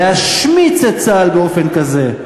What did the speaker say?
להשמיץ את צה"ל באופן כזה.